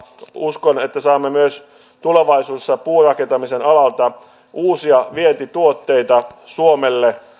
uskon että saamme myös tulevaisuudessa puurakentamisen alalta suomelle uusia vientituotteita